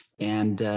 and, ah,